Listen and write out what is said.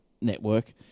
network